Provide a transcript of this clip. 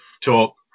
talk